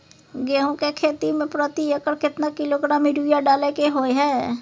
गेहूं के खेती में प्रति एकर केतना किलोग्राम यूरिया डालय के होय हय?